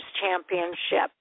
championship